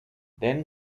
then